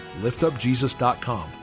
liftupjesus.com